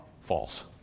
false